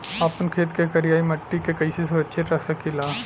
आपन खेत के करियाई माटी के कइसे सुरक्षित रख सकी ला?